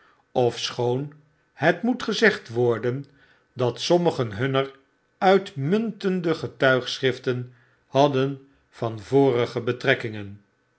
ofschoon het moefc gezegd worden dat sommigen hunner uitmuntende getuigschriften hadden van vorige betrekkingen